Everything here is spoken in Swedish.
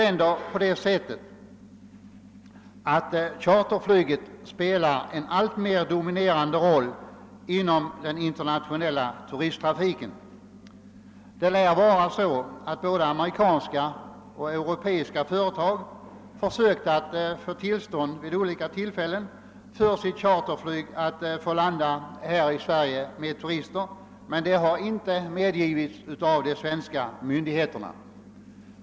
Flyget spelar nämligen en alltmer dominerande roll inom den internationella turisttrafiken. Både amerikanska och europeiska företag lär vid olika tillfällen ha försökt erhålla tillstånd för sitt charterflyg att landa här i Sverige med turister, men det har inte medgivits av de svenska myndigheterna.